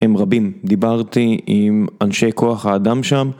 הם רבים. דיברתי עם אנשי כוח האדם שם.